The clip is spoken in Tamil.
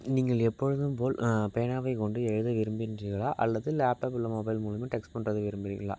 நீங்கள் எப்பொழுதும் போல் பேனாவை கொண்டு எழுத விரும்புகின்றிர்களா அல்லது லேப்டாப் இல்லை மொபைல் மூலமாக டெக்ஸ்ட் பண்ணுறதுக்கு விரும்புகிறீங்களா